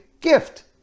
gift